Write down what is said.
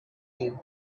you